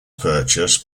purchased